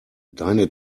deine